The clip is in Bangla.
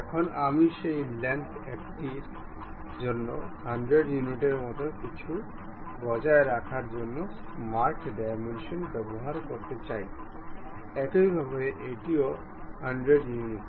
এখন আমি সেই লেংথ একটির জন্য 100 ইউনিটের মতো কিছু বজায় রাখার জন্য স্মার্ট ডাইমেনশন ব্যবহার করতে চাই একইভাবে এটিও 100 ইউনিট